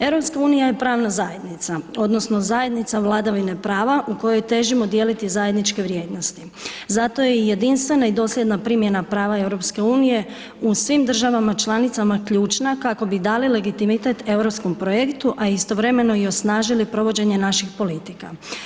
EU je pravna zajednica, odnosno zajednica vladavine prave u kojoj težimo dijeliti zajedničke vrijednosti, zato je jedinstvena i dosljedna primjena prava EU u svim državama članicama ključna kako bi dali legitimitet Europskom projektu, a istovremeno i osnažili provođenje naših politika.